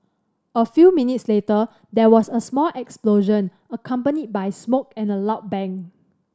a few minutes later there was a small explosion accompanied by smoke and a loud bang